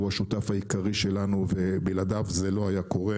שהוא השותף העיקרי שלנו ובלעדיו זה לא היה קורה,